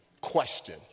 question